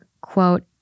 quote